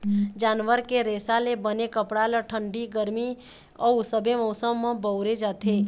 जानवर के रेसा ले बने कपड़ा ल ठंडी, गरमी अउ सबे मउसम म बउरे जाथे